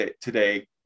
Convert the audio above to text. today